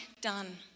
done